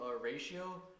ratio